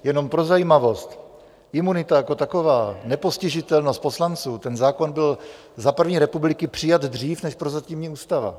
Jenom pro zajímavost, imunita jako taková, nepostižitelnost poslanců ten zákon byl za první republiky přijat dřív než prozatímní ústava.